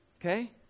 okay